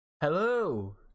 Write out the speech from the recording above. hello